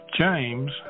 James